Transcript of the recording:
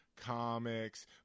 comics